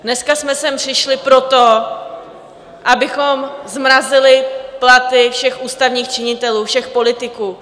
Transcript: Dneska jsme sem přišli proto, abychom zmrazili platy všech ústavních činitelů, všech politiků.